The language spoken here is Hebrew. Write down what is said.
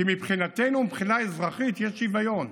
כי מבחינתנו, מבחינה אזרחית, יש שוויון.